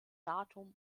datum